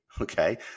Okay